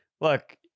Look